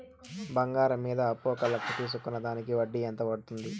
బంగారం మీద అప్పు ఒక లక్ష తీసుకున్న దానికి వడ్డీ ఎంత పడ్తుంది?